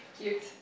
cute